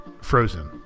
Frozen